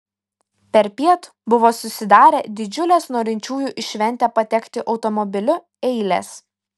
perpiet buvo susidarę didžiulės norinčiųjų į šventę patekti automobiliu eilės